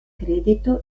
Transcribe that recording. credito